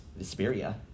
Vesperia